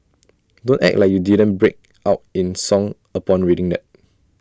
don't act like you didn't break out in song upon reading that